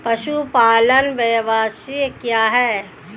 पशुपालन व्यवसाय क्या है?